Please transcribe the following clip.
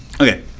okay